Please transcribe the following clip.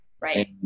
Right